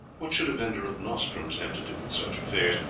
what should a vendor of nostrums have to do with such affairs?